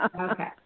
Okay